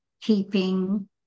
keeping